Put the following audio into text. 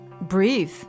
breathe